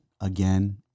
again